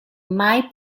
mai